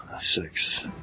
Six